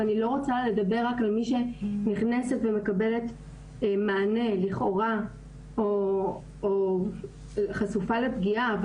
ואני לא רוצה לדבר רק על מי שנכנסת ומקבלת מענה לכאורה או חשופה לפגיעה,